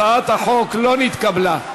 הצעת החוק לא נתקבלה.